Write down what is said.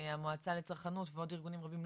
המועצה לצרכנות ועוד ארגונים רבים,